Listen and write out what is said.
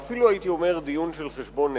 ואפילו, הייתי אומר, דיון של חשבון נפש.